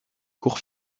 cour